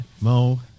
mo